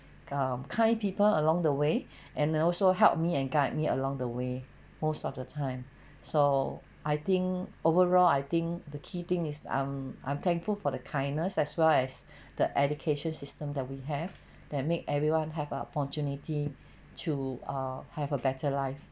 um kind people along the way and they also help me and guide me along the way most of the time so I think overall I think the key thing is I'm I'm thankful for the kindness as well as the education system that we have that make everyone have opportunity to err have a better life